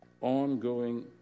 ongoing